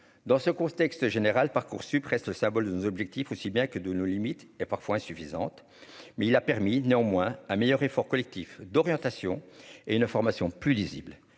dans ce contexte général Parcoursup reste le symbole de nos objectifs, aussi bien que de nos limites et parfois insuffisantes, mais il a permis néanmoins un meilleur effort collectif d'orientation et une information plus lisibles,